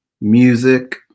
music